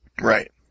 Right